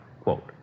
Quote